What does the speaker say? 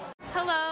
Hello